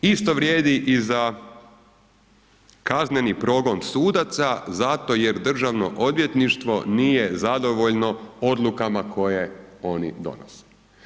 Isto vrijedi i za kazneni progon sudaca zato jer Državno odvjetništvo nije zadovoljno odlukama koje oni donose.